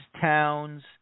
towns